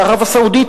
לערב-הסעודית,